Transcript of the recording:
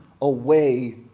away